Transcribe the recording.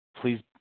please